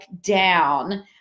down